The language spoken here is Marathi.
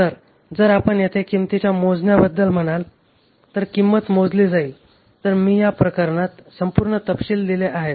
तर जर आपण येथे किंमतींच्या मोजण्याबद्दल म्हणाल तर किंमत मोजली जाईल तर मी या प्रकरणात संपूर्ण तपशील दिले आहेत